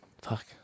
Fuck